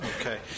Okay